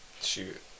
shoot